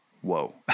whoa